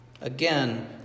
Again